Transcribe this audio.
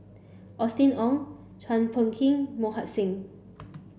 Austen Ong Chua Phung Kim Mohan Singh